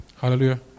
Hallelujah